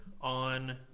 on